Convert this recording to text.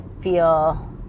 feel